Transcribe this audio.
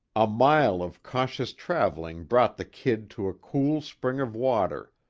a mile of cautious traveling brought the kid to a cool spring of water.